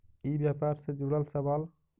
ई व्यापार से जुड़ल सवाल?